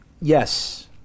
yes